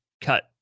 cut